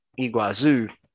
Iguazu